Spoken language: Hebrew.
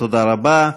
תודה רבה.